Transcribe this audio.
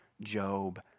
Job